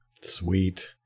Sweet